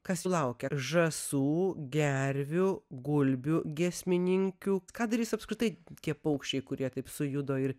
kas laukia žąsų gervių gulbių giesmininkių ką darys apskritai tie paukščiai kurie taip sujudo ir